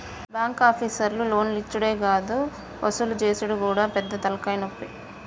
బాంకాపీసర్లకు లోన్లిచ్చుడే గాదు వసూలు జేసుడు గూడా పెద్ద తల్కాయనొప్పి